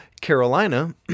carolina